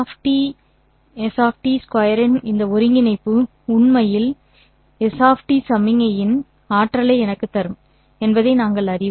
| s | 2 இன் இந்த ஒருங்கிணைப்பு உண்மையில் s சமிக்ஞையின் ஆற்றலை எனக்குத் தரும் என்பதை நாங்கள் அறிவோம்